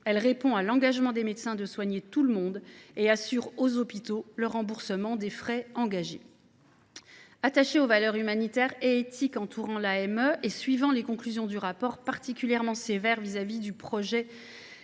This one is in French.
Elle répond à l’engagement des médecins de soigner tout le monde et assure aux hôpitaux le remboursement des frais engagés. Attaché aux valeurs humanitaires et éthiques entourant l’AME, et suivant les conclusions du rapport susmentionné, particulièrement sévère vis à vis du projet